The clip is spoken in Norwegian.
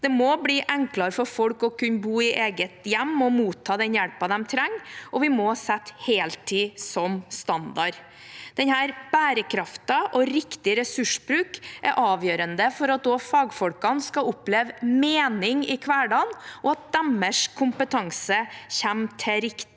Det må bli enklere for folk å kunne bo i eget hjem og motta den hjelpen de trenger, og vi må sette heltid som standard. Denne bærekraften og riktig ressursbruk er avgjørende for at også fagfolkene skal oppleve mening i hverdagen, og at deres kompetanse kommer til riktig